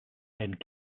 and